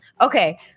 Okay